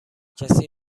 کسی